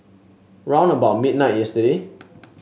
round about midnight yesterday